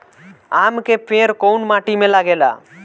आम के पेड़ कोउन माटी में लागे ला?